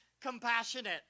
compassionate